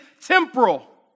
temporal